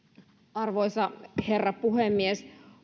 arvoisa herra puhemies